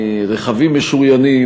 רכבים משוריינים,